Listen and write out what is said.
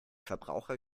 verbraucher